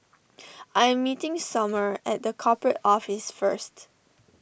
I am meeting Somer at the Corporate Office first